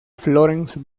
florence